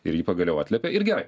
ir jį pagaliau atliepia ir gerai